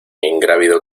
ingrávido